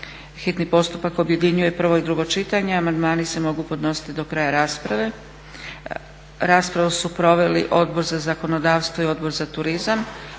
hitni postupak objedinjuje prvo i drugo čitanje, amandmani se mogu podnositi do kraja rasprave. Raspravu su proveli Odbor za zakonodavstvo i Odbor za turizam.